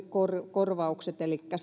korvauksien kannalta elikkä